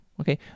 okay